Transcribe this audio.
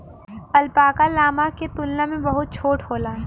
alpaca, llama के तुलना में बहुत छोट होला